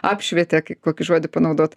apšvietė kaip kokį žodį panaudot